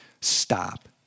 stop